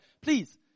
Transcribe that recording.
Please